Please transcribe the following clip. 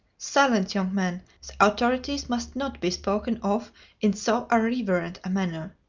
silence, young man the authorities must not be spoken of in so irreverent a manner.